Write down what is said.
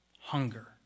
hunger